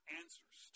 answers